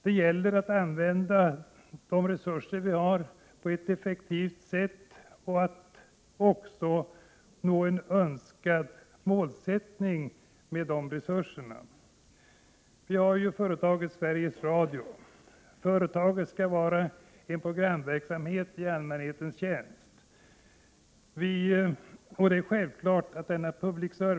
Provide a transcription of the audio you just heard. Det gäller att använda dem på effektivaste möjliga sätt för att nå en önskad målsättning. Vi har företaget Sveriges Radio. Företaget skall svara för en programverk samhet i allmänhetens tjänst. Det är självklart att denna public-service — Prot.